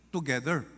together